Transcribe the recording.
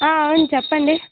అవును చెప్పండి